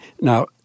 Now—